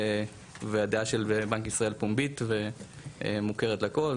והדעה של בנק ישראל פומבית מוכרת לכל,